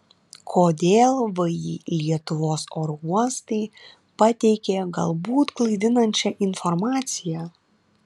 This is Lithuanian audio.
kodėl vį lietuvos oro uostai pateikė galbūt klaidinančią informaciją